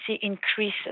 increases